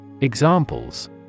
Examples